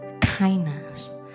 kindness